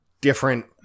different